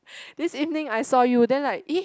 this evening I saw you then like eh